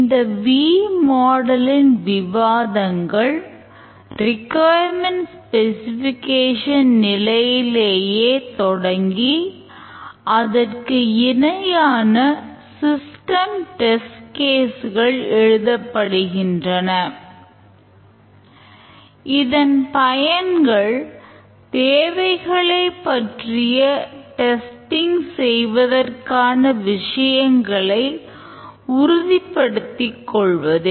இந்த வி மாடலில் செய்வதற்கான விஷயங்களை உறுதிப்படுத்திக் கொள்வதே